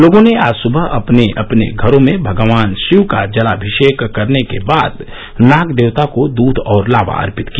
लोगों ने आज सुबह अपने अपने घरो में भगवान शिव का जलामिषेक करने के बाद नाग देवता को दूध और लावा अर्पित किया